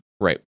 Right